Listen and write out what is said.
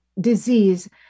disease